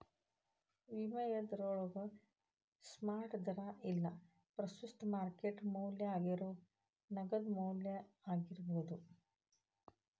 ವಿನಿಮಯ ದರಗೋಳು ಸ್ಪಾಟ್ ದರಾ ಇಲ್ಲಾ ಪ್ರಸ್ತುತ ಮಾರ್ಕೆಟ್ ಮೌಲ್ಯ ಆಗೇರೋ ನಗದು ಮೌಲ್ಯ ಆಗಿರ್ಬೋದು